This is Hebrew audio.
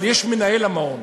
אבל יש מנהל למעון,